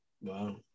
Wow